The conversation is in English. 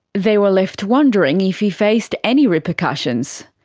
they were left wondering if he faced any repercussions.